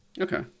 okay